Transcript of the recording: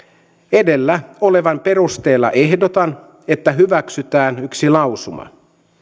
edellä olevan perusteella ehdotan että hyväksytään yksi lausuma